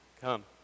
Come